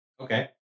Okay